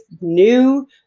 new